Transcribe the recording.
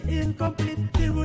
incomplete